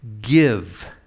Give